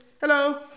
hello